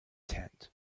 tent